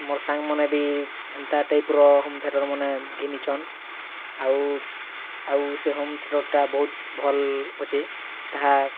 ମୋର୍ ସାଙ୍ଗ୍ମାନେ ବି ହେନ୍ତା ଟାଇପ୍ର ହୋମ୍ ଥିଏଟର୍ ମାନେ ଘିନିଛନ୍ ଆଉ ଆଉ ସେ ହୋମ୍ ଥିଏଟର୍ ଟା ବହୁତ୍ ଭଲ୍ ଅଛେ ତାହା